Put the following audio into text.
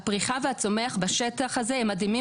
הפריחה והצומח בשטח הזה הם מדהימים